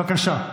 בבקשה.